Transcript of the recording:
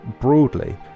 broadly